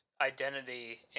identity